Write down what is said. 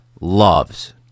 loves